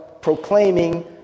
Proclaiming